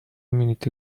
minute